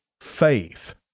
faith